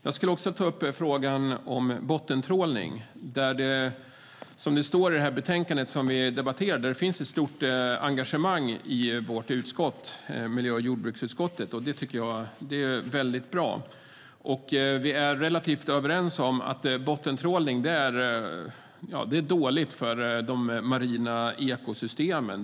Jag ska också ta upp frågan om bottentrålning. Som det står i betänkandet finns det ett stort engagemang för detta i miljö och jordbruksutskottet, och det är bra. Vi är relativt överens om att bottentrålning är dåligt för de marina ekosystemen.